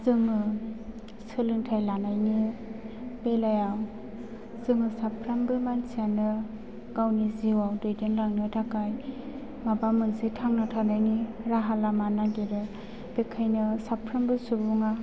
जों सोलोंथाइ लानायनि बेलायाव जों साफ्रोमबो मानसियानो गावनि जिउआव दैदेनलांनो थाखाय माबा मोनसे थांना थानायनि राहा लामा नागेरो बेखायनो साफ्रामबो सुबुङा